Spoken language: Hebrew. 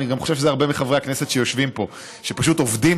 אני חושב שגם הרבה מחברי הכנסת שיושבים פה פשוט עובדים